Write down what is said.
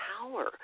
power